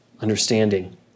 understanding